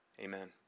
Amen